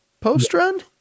Post-run